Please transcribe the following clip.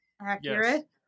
accurate